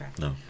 No